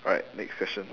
alright next question